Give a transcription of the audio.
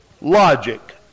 logic